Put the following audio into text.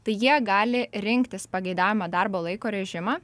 tai jie gali rinktis pageidaujamą darbo laiko režimą